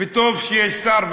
וטוב שיש שר,